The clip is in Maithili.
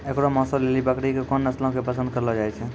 एकरो मांसो लेली बकरी के कोन नस्लो के पसंद करलो जाय छै?